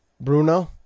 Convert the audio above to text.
Bruno